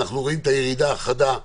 אנחנו רואים ירידה חדה.